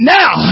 now